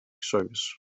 service